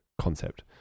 concept